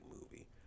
movie